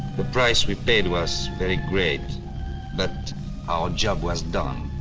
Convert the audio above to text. the price we paid was very great but our job was done.